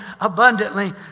abundantly